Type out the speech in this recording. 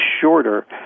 shorter